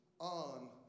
on